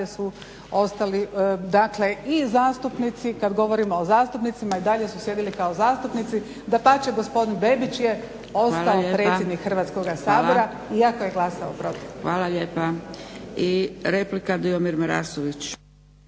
su ostali, dakle i zastupnici kad govorimo o zastupnicima, i dalje su sjedili kao zastupnici. Dapače, gospodin Bebić je ostao predsjednik Hrvatskoga sabora iako je glasovao protiv. **Zgrebec, Dragica (SDP)** Hvala lijepa. I replika Dujomir Marasović.